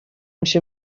میشه